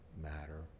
matter